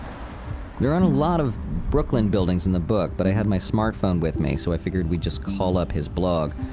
there aren't a lot of brooklyn buildings in the book, but i had my smartphone with me so i figured we just call up his blog.